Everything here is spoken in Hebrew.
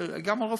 גם אצל הרופאים,